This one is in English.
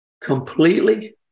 completely